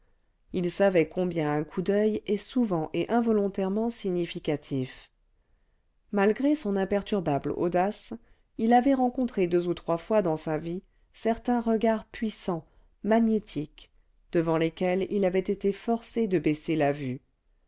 il savait combien un coup d'oeil est souvent et involontairement significatif malgré son imperturbable audace il avait rencontré deux ou trois fois dans sa vie certains regards puissants magnétiques devant lesquels il avait été forcé de baisser la vue